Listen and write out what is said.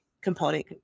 component